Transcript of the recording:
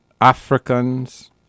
Africans